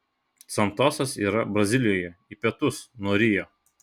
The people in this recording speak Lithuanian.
santosas yra brazilijoje į pietus nuo rio